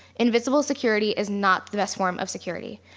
invisible security is not the best form of security.